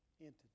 entity